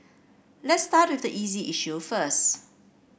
let's start with the easy issue first